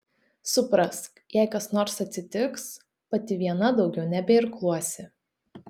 suprask jei kas nors atsitiks pati viena daugiau nebeirkluosi